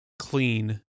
clean